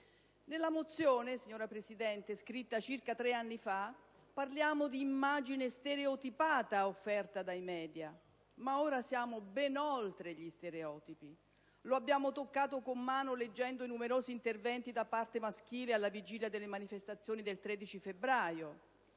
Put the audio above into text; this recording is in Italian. prima mozione, signora Presidente, scritta circa tre anni fa, parliamo di immagine stereotipata offerta dai *media*, ma ora siamo ben oltre gli stereotipi. Lo abbiamo toccato con mano, leggendo i numerosi interventi da parte maschile alla vigilia delle manifestazioni del 13 febbraio: